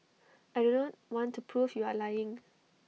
I do not want to prove you are lying